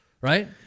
Right